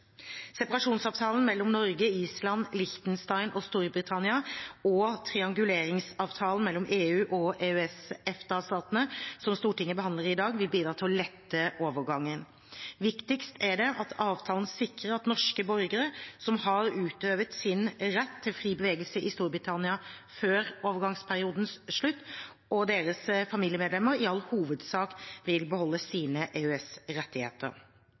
mellom Norge, Island, Liechtenstein og Storbritannia og trianguleringsavtalen mellom EU og EØS/EFTA-statene, som Stortinget behandler i dag, vil bidra til å lette overgangen. Viktigst er det at avtalene sikrer at norske borgere som har utøvet sin rett til fri bevegelse i Storbritannia før overgangsperiodens slutt, og deres familiemedlemmer, i all hovedsak vil beholde sine